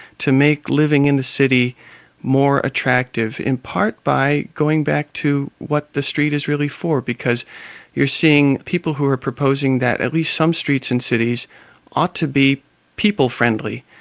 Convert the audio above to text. to make living in the city more attractive, in part by going back to what the street is really for, because you're seeing people who are proposing that at least some streets in cities ought to be people-friendly.